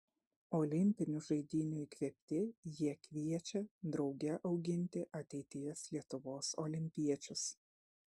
olimpinių žaidynių įkvėpti jie kviečia drauge auginti ateities lietuvos olimpiečius